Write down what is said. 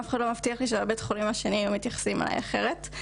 אף אחד לא מבטיח לי שבבית החולים השני היו מתייחסים אלי אחרת.